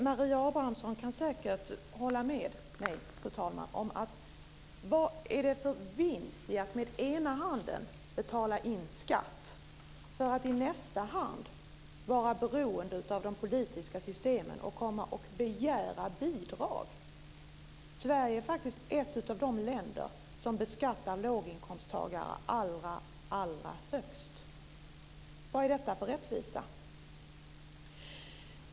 Marie Engström kan säkert hålla med mig om denna undran, fru talman: Vad är det för vinst med att å ena sidan betala in skatt och å andra sidan vara beroende av de politiska systemen och av att komma och begära bidrag? Sverige är faktiskt ett av de länder som beskattar låginkomsttagare allra högst. Vad är det för rättvisa?